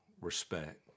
respect